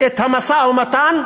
את המשא-ומתן,